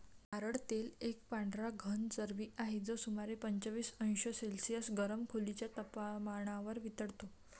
नारळ तेल एक पांढरा घन चरबी आहे, जो सुमारे पंचवीस अंश सेल्सिअस गरम खोलीच्या तपमानावर वितळतो